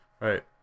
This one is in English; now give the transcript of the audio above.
right